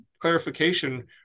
clarification